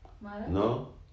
No